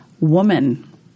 Woman